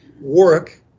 work